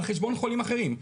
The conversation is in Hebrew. על חשבון חולים אחרים,